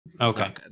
Okay